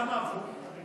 וכמה עברו?